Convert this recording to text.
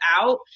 out